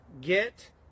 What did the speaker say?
Get